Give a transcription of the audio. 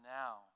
now